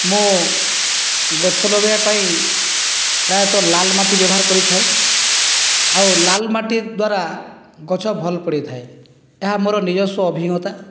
ମୁଁ ଗଛ ଲଗାଇବା ପାଇଁ ପ୍ରାୟତଃ ଲାଲ ମାଟି ବ୍ୟବହାର କରିଥାଏ ଆଉ ଲାଲ ମାଟି ଦ୍ଵାରା ଗଛ ଭଲ୍ ପଡ଼ିଥାଏ ତାହା ମୋର ନିଜସ୍ୱ ଅଭିଜ୍ଞତା